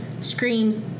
screams